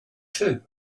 too